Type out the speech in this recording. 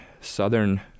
southern